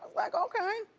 like okay.